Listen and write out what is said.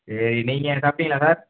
சரி நீங்கள் சாப்பிட்டீங்களா சார்